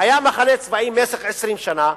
היה מחנה צבאי במשך 20 שנה,